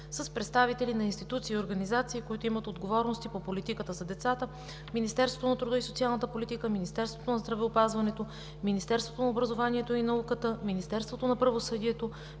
с представители на институции и организации, които имат отговорности по политиката за децата: Министерството на труда и социалната политика, Министерството на здравеопазването, Министерството на образованието и науката, Министерството на правосъдието,